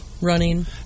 running